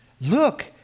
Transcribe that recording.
Look